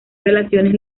relaciones